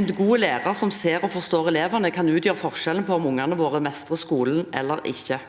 En gode lærer som ser og forstår elevene, kan utgjøre forskjellen på om ungene våre mestrer skolen eller ikke.